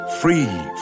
Free